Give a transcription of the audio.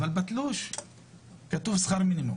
אבל בתלוש כתוב שכר מינימום.